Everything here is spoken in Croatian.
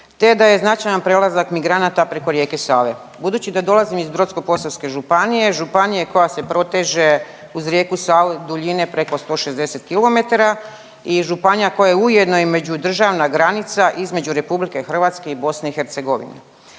te da je značajan prelazak migranata preko rijeke Save. Budući da dolazim iz Brodsko-posavske županije, županije koja se proteže uz rijeku Savu duljine preko 160 km i županija koja je ujedno i međudržavna granica između RH i BiH.